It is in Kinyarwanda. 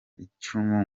icyacumi